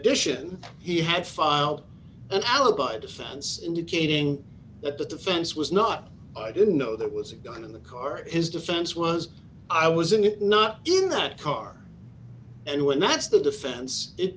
addition he had filed an alibi distance indicating that the defense was not i didn't know there was a gun in the car is defense was i was in it not in that car and when that's the defense it